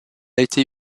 été